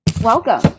Welcome